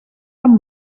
amb